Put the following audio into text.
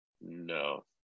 No